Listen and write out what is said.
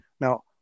Now